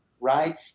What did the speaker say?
right